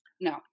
No